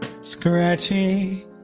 scratchy